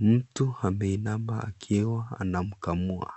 Mtu ameinama, akiwa anamkamua.